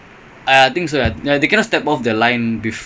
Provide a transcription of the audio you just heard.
you can dive you can dive before that's fine